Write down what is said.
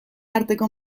arteko